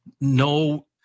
no-